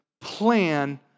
plan